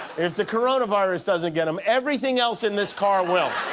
if the coronavirus doesn't get him, everything else in this car will.